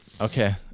Okay